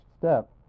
step